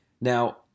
Now